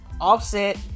Offset